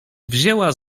wzięła